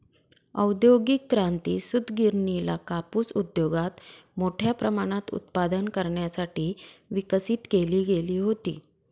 औद्योगिक क्रांती, सूतगिरणीला कापूस उद्योगात मोठ्या प्रमाणात उत्पादन करण्यासाठी विकसित केली गेली होती